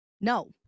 No